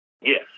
Yes